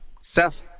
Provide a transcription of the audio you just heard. Seth